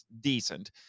decent